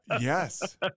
Yes